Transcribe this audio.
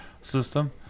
system